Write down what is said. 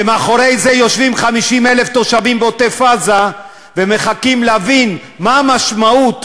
ומאחורי זה יושבים 50,000 תושבים בעוטף-עזה ומחכים להבין מה המשמעות,